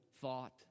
thought